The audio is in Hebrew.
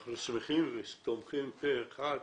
אנחנו שמחים ותומכים פה אחד,